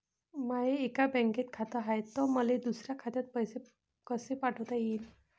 माय एका बँकेत खात हाय, त मले दुसऱ्या खात्यात पैसे कसे पाठवता येईन?